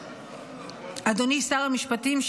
אדוני שר המשפטים,